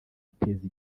biteza